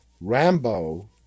Rambo